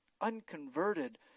unconverted